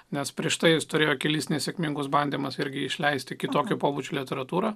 nes prieš tai jis turėjo kelis nesėkmingus bandymus irgi išleisti kitokio pobūdžio literatūrą